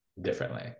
differently